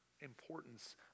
importance